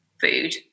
food